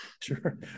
Sure